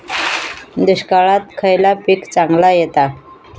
दुष्काळात खयला पीक चांगला येता?